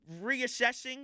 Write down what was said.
reassessing